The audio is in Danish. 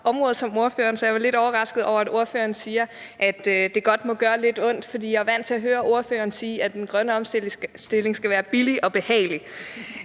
område som ordføreren, så jeg er lidt overrasket over, at ordføreren siger, at det godt må gøre lidt ondt, for jeg er vant til at høre ordføreren sige, at den grønne omstilling skal være billig og behagelig.